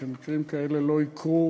שמקרים כאלה לא יקרו